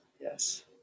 Yes